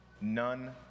None